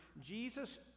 Jesus